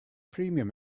premium